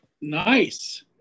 Nice